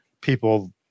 people